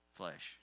flesh